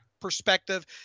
perspective